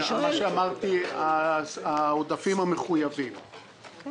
זה מה שאמרתי העודפים המחויבים,